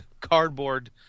cardboard